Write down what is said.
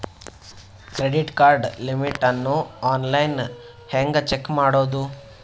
Credit card limit ಅನ್ನು online ಹೆಂಗ್ check ಮಾಡೋದು?